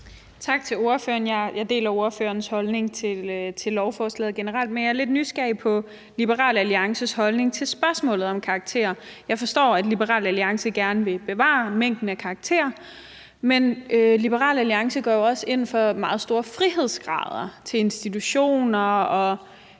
Tak til ordføreren. Jeg deler ordførerens holdning til lovforslaget generelt, men jeg er lidt nysgerrig efter Liberal Alliances holdning til spørgsmålet om karakterer. Jeg forstår, at Liberal Alliance gerne vil bevare mængden af karakterer, men Liberal Alliance går jo også ind for meget store frihedsgrader til institutioner og,